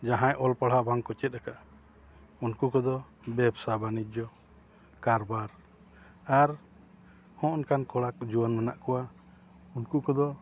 ᱡᱟᱦᱟᱸᱭ ᱚᱞ ᱯᱟᱲᱦᱟᱣ ᱵᱟᱝ ᱠᱚ ᱪᱮᱫ ᱟᱠᱟᱜᱼᱟ ᱩᱱᱠᱩ ᱠᱚᱫᱚ ᱵᱮᱵᱽᱥᱟ ᱵᱟᱱᱤᱡᱽᱡᱚ ᱠᱟᱨᱵᱟᱨ ᱟᱨ ᱦᱚᱜᱱᱚᱝᱠᱟᱱ ᱠᱚᱲᱟ ᱠᱚ ᱡᱩᱣᱟᱹᱱ ᱢᱮᱱᱟᱜ ᱠᱚᱣᱟ ᱩᱱᱠᱩ ᱠᱚᱫᱚ